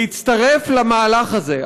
להצטרף למהלך הזה.